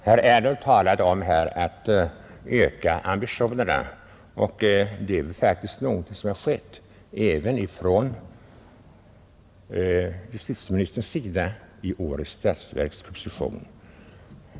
Herr talman! Herr Ernulf talade här om att öka ambitionerna, och det är faktiskt någonting som har skett även från justitieministerns sida i årets statsverksproposition.